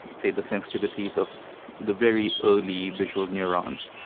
the the sensitivities of the very early visual neurons.